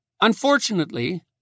Unfortunately